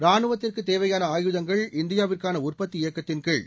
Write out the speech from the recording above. ராணுவத்திற்கு தேவையான ஆயுதங்கள் இந்தியாவுக்கான உற்பத்தி இயக்கத்தின்கீழ்